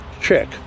check